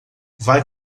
vai